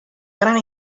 gran